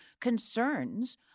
concerns